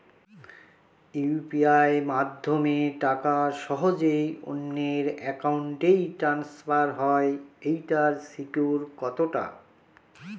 UPI মাধ্যমে টাকা সহজেই অন্যের অ্যাকাউন্ট ই ট্রান্সফার হয় এইটার সিকিউর কত টা?